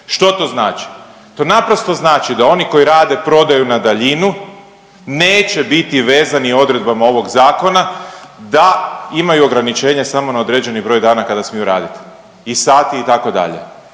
Što to znači? To naprosto znači da oni koji rade prodaju na daljinu neće biti vezani odredbama ovog zakona da imaju ograničenje samo na određeni broj dana kada smiju raditi i sati itd.